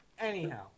Anyhow